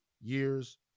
years